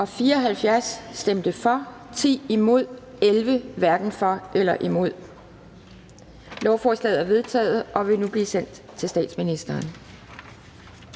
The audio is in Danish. imod stemte 11 (DF og NB), hverken for eller imod stemte 0. Lovforslaget er vedtaget og vil nu blive sendt til statsministeren.